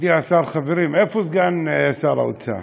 מכובדי השר, חברים, איפה סגן שר האוצר?